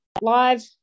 live